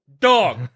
dog